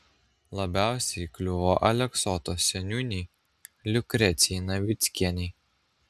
labiausiai kliuvo aleksoto seniūnei liukrecijai navickienei